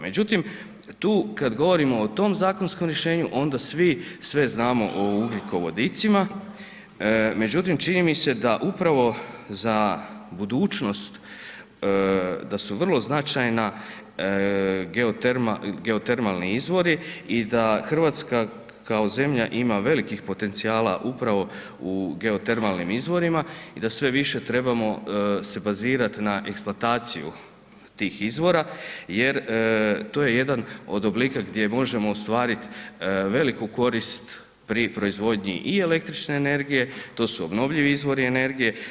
Međutim, tu kada govorimo o tom zakonskom riješenju, onda svi sve znamo o ugljikovodicima, međutim, čini mi se da upravo za budućnost, da su vrlo značajna geotermalni izvori i da Hrvatska kao zemlja ima velikih potencijala upravo u geotermalnim izvorima i da sve više se trebamo se bazirati na eksplantaciju tih izvora, jer to je jedan od oblika gdje možemo ostvariti veliku korist, pri proizvodnji i električne energije, to su obnovljivi izvori energije.